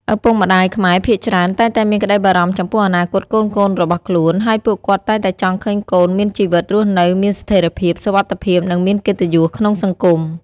ឪពុកម្ដាយខ្មែរភាគច្រើនតែងតែមានក្ដីបារម្ភចំពោះអនាគតកូនៗរបស់ខ្លួន ហើយពួកគាត់តែងតែចង់ឃើញកូនមានជីវិតរស់នៅមានស្ថិរភាព សុវត្ថិភាព និងមានកិត្តិយសក្នុងសង្គម។